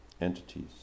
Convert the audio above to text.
entities